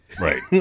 Right